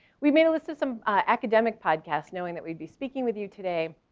we made a list of some academic podcasts, knowing that we'd be speaking with you today.